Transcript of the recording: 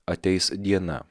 ateis diena